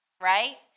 right